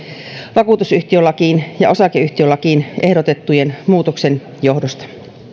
vakuutusyhtiölakiin ja osakeyhtiölakiin ehdotettujen muutosten johdosta